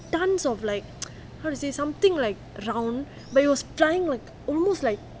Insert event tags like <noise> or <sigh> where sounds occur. tons of like <noise> how to say something like something like round but it was flying like almost like